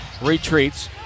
Retreats